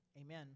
Amen